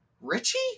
Richie